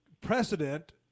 precedent